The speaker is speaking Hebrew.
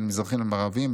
בין מזרחיים למערביים,